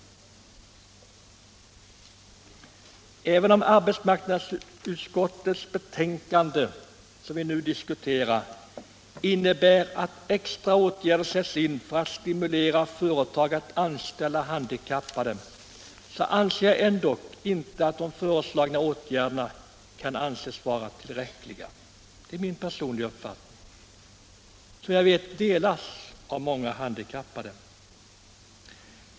sysselsättnings och Även om arbetsmarknadsutskottets betänkande, som vi nu diskuterar, in — regionalpolitik nebär att extra åtgärder sätts in för att stimulera företag att anställa handikappade, så anser jag ändå inte de föreslagna åtgärderna tillräckliga. Det är min personliga uppfattning, som jag vet delas av många handikappade.